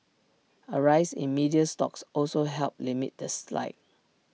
A rise in media stocks also helped limit the slide